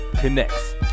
Connects